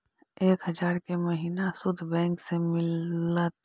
एक हजार के महिना शुद्ध बैंक से मिल तय?